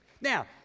Now